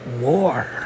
war